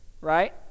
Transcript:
right